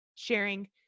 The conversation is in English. sharing